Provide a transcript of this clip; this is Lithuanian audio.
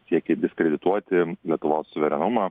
siekia diskredituoti lietuvos suverenumą